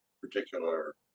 particular